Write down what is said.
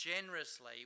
generously